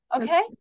Okay